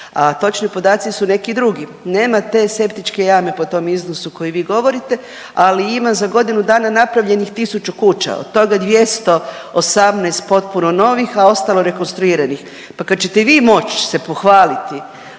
točni podaci su neki drugi. Nema te septičke jame po tom iznosu koji vi govorite, ali ima za godinu dana napravljenih 1000 kuća od toga 218 potpuno novih, a ostalo rekonstruiranih. Pa kad ćete se vi moći pohvaliti